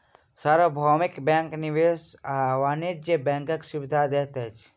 सार्वभौमिक बैंक निवेश आ वाणिज्य बैंकक सुविधा दैत अछि